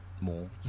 more